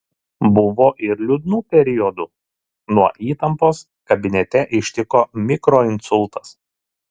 buvo ir liūdnų periodų nuo įtampos kabinete ištiko mikroinsultas